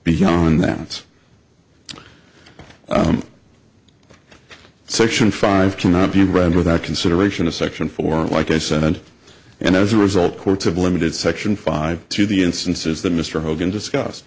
beyond that it's section five cannot be read without consideration of section four like i said and as a result courts of limited section five to the instances that mr hogan discussed